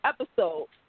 episode